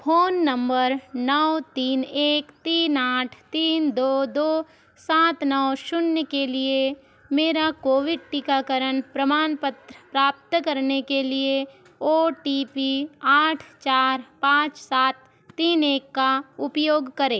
phone number नौ तीन एक तीन आठ तीन दो दो सात नौ शून्य के लिए मेरा कोविड टीकाकरण प्रमाणपत्र प्राप्त करने के लिए ओ टी पी आठ चार पाँच सात तीन एक का उपयोग करें